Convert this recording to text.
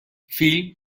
فیلم